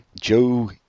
Joe